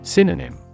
Synonym